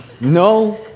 no